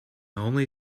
only